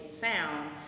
sound